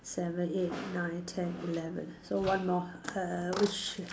seven eight nine ten eleven so one more err which